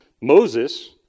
Moses